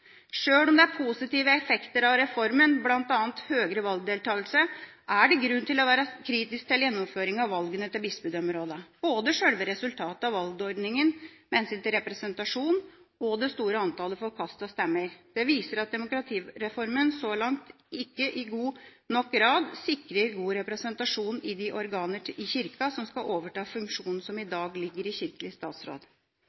Sjøl om det er positive effekter av reformen, bl.a. høyere valgdeltakelse, er det grunn til å være kritisk til gjennomføringa av valgene til bispedømmerådene. Både selve resultatet av valgordninga med hensyn til representasjon og det store antallet forkastede stemmer viser at demokratireformen så langt ikke i stor nok grad sikrer god representasjon i de organer i Kirka som skal overta funksjonene som i